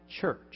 church